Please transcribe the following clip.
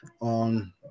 on